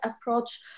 approach